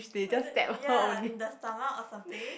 ya in the stomach or something